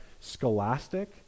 scholastic